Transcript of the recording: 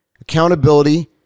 Accountability